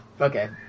Okay